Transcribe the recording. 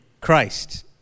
Christ